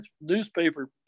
newspaper